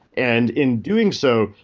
and in doing so,